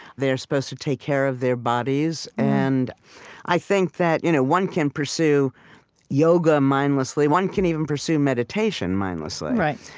they're supposed to take care of their bodies. and i think that you know one can pursue yoga mindlessly one can even pursue meditation mindlessly right,